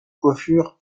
coiffure